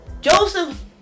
Joseph